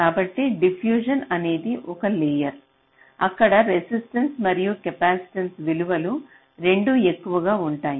కాబట్టి డిఫ్యూషన్ అనేది ఒక లేయర్ ఇక్కడ రెసిస్టెన్స మరియు కెపాసిటెన్స విలువలు రెండూ ఎక్కువగా ఉంటాయి